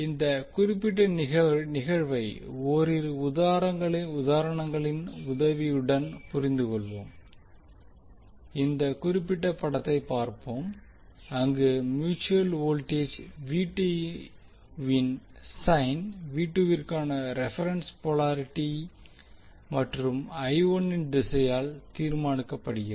இந்த குறிப்பிட்ட நிகழ்வை ஓரிரு உதாரணங்களின் உதவியுடன் புரிந்துகொள்வோம் இந்த குறிப்பிட்ட படத்தை பார்ப்போம் அங்கு மியூட்சுவல் வோல்டேஜ் இன் சைன் க்கான ரெபரென்ஸ் போலாரிட்டி மற்றும் இன் திசையால் தீர்மானிக்கப்படுகிறது